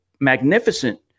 Magnificent